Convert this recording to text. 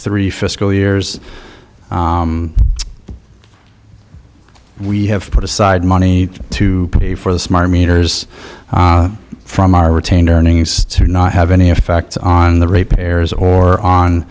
three fiscal years we have put aside money to pay for the smart meters from our retained earnings to not have any effect on the repairs or on